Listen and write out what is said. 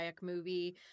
movie